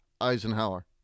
Eisenhower